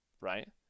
right